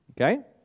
okay